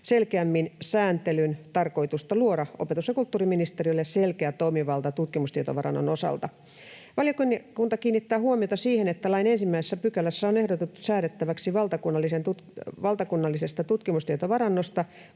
selkeämmin sääntelyn tarkoitusta luoda opetus- ja kulttuuriministeriölle selkeä toimivalta tutkimustietovarannon osalta. Valiokunta kiinnittää huomiota siihen, että lain 1 §:ssä on ehdotettu säädettäväksi valtakunnallisesta tutkimustietovarannosta,